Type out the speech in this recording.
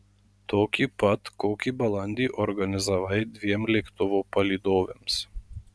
tokį pat kokį balandį organizavai dviem lėktuvo palydovėms